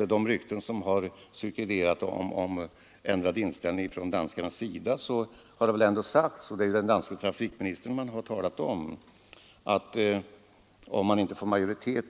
Rykten har cirkulerat om ändrad inställning från danskarnas sida. Det har då talats om den danske trafikministern och det har sagts att man, om man inte får majoritet